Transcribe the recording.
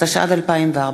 התשע"ד 2014,